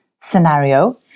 scenario